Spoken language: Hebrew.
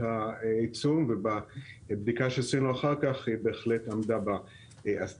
העיצום ובבדיקה שעשינו אחר כך היא בהחלט עמדה בהסדרה.